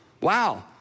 wow